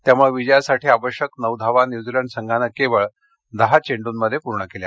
त्यामुळे विजयासाठी आवश्यक नऊ धावा न्यूझीलंड संघानं केवळ दहा चेंडूंमध्ये केल्या